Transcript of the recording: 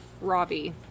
Robbie